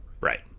right